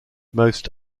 most